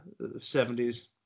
70s